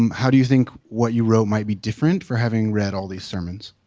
how do you think what you wrote might be different for having read all these sermons?